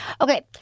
Okay